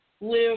live